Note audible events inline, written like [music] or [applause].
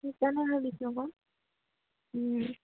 [unintelligible]